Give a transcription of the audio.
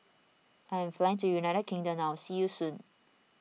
I am flying to United Kingdom now see you soon